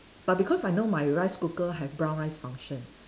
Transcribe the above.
but because I know my rice cooker have brown rice function